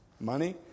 money